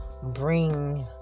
bring